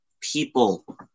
people